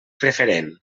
preferent